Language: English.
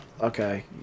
Okay